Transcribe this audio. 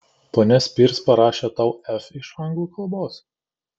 ponia spears parašė tau f iš anglų kalbos